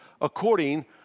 according